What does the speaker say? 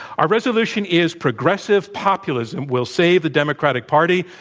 our resolution is progressive populism will save the democratic party.